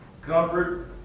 Comfort